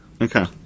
Okay